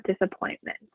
disappointment